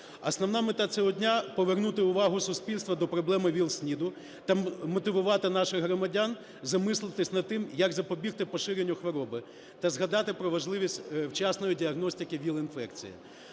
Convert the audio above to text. Основна мета цього дня – повернути увагу суспільства до проблем ВІЛ/СНІДу та мотивувати наших громадян замислитись над тим, як запобігти поширенню хвороби та згадати про важливість вчасної діагностики ВІЛ-інфекції.